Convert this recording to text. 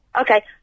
Okay